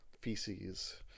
feces